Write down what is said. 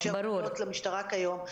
מאשר מגיעות למשטרה כיום.